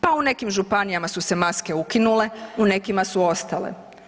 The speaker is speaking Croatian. Pa u nekim županijama su se maske ukinule, u nekima su ostale.